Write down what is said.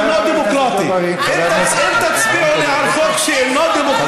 שיוכל להכליל את כלל האזרחים במדינה.